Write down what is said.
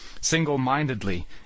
single-mindedly